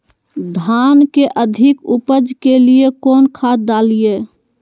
धान के अधिक उपज के लिए कौन खाद डालिय?